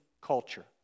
culture